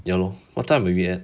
ya lor what time will we end